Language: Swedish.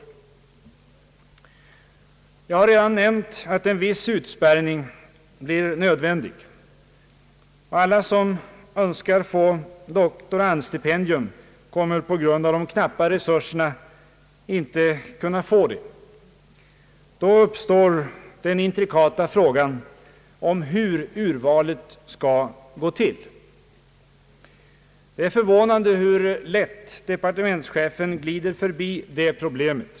Jag har redan nämnt att en viss utspärrning blir nödvändig. Alla som önskar få doktorandstipendium kommer på grund av de knappa resurserna inte att kunna få det. Då uppstår den intrikata frågan om hur urvalet skall gå till. Det är förvånande hur lätt departementschefen glider förbi detta problem.